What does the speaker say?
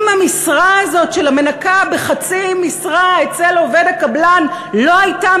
אם המשרה הזאת של המנקה בחצי משרה אצל עובד הקבלן לא הייתה